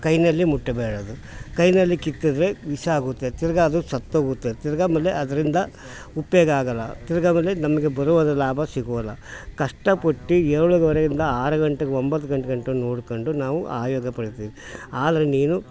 ಕೈಯಲ್ಲಿ ಮುಟ್ಟಬಾರದು ಕೈಯಲ್ಲಿ ಕಿತ್ತರೆ ವಿಷ ಆಗುತ್ತೆ ತಿರ್ಗಿ ಅದು ಸತ್ತೋಗುತ್ತೆ ತಿರ್ಗಿ ಆಮೇಲೆ ಅದರಿಂದ ಉಪಯೋಗ ಆಗೋಲ್ಲ ತಿರ್ಗಿ ಆಮೇಲೆ ನಮಗೆ ಬರುವ ಲಾಭ ಸಿಗೋಲ್ಲ ಕಷ್ಟ ಪಟ್ಟು ಏಳುವರೆಯಿಂದ ಆರು ಗಂಟೆ ಒಂಬತ್ತು ಗಂಟೆಗಂಟ ನೋಡ್ಕೊಂಡು ನಾವು ಆಯೋಗ ಪಡಿತೆ ಆದರೆ ನೀನು